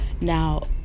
Now